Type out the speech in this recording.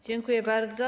Dziękuję bardzo.